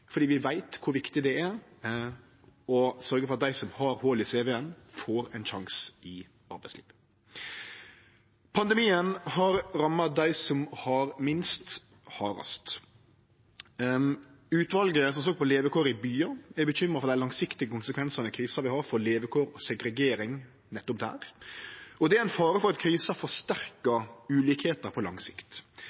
fordi vi veit kor viktig det er å sørgje for at dei som har hòl i cv-en, får ein sjanse i arbeidslivet. Pandemien har ramma dei som har minst, hardast. Utvalet som såg på levekår i byar, er bekymra for dei langsiktige konsekvensane krisa vil ha for levekår og segregering nettopp der. Det er ein fare for at krisa forsterkar ulikskap på lang sikt.